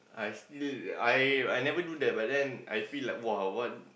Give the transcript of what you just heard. I still I I never do that but then I feel like !wah! what